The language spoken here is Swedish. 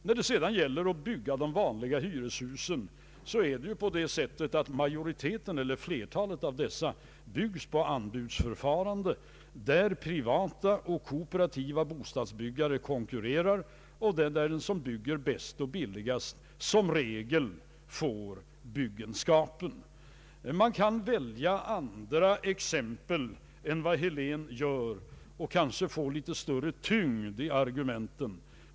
När det sedan gäller de vanliga hyreshusen så byggs ju flertalet av dessa på anbudsförfarande, där privata och kooperativa bostadsbyggare konkurrerar och där den som bygger bäst och billigast i regel får ta hand om byggenskapen. Man kan välja andra exempel än vad herr Helén gör och kanske få litet större tyngd i argumenten.